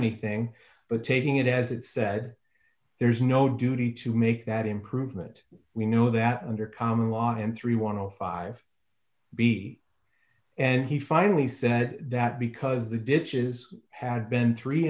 anything but taking it as it said there's no duty to make that improvement we know that under common law and three want to five b and he finally said that because the dishes had been three